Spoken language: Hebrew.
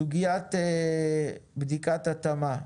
סוגיית בדיקת התאמה,